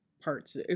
parts